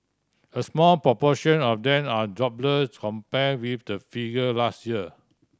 a small proportion of then are jobless compare with the figure last year